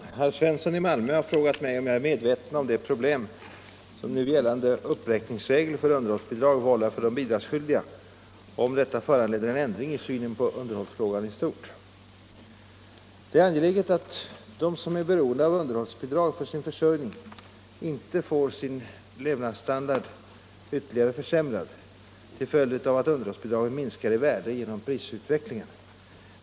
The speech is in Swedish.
Herr talman! Herr Svensson i Malmö har frågat mig om jag är medveten om de problem som nu gällande uppräkningsregel för underhållsbidrag vållar de bidragsskyldiga och om detta föranleder en ändring i synen på underhållsfrågan i stort. Det är angeläget att de som är beroende av underhållsbidrag för sin försörjning inte får sin levnadsstandard ytterligare försämrad till följd av att underhållsbidragen minskar i värde genom prisutvecklingen.